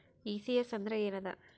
ECS ಅಂದ್ರ ಏನದ?